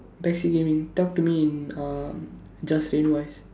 me talk to me in uh just plain voice